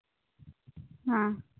ᱦᱮᱸ